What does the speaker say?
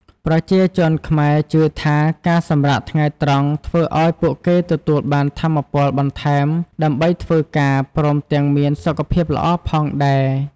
ប្រជាជនខ្មែរជឿថា ការសម្រាកថ្ងៃត្រង់ធ្វើឱ្យពួកគេទទួលបានថាមពលបន្ថែមដើម្បីធ្វើការ ព្រមទាំងមានសុខភាពល្អផងដែរ។